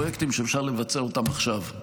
פרויקטים שאפשר לבצע אותם עכשיו,